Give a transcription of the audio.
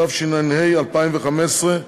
התשע"ה 2015,